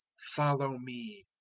follow me.